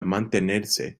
mantenerse